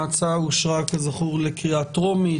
ההצעה אושרה כזכור לקריאה טרומית,